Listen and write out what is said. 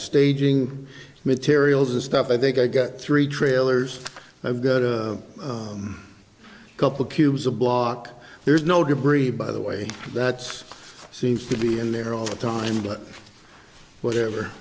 staging materials and stuff i think i got three trailers i've got a couple cubes a block there's no debris by the way that's seems to be in there all the time but whatever